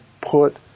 put